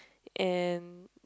and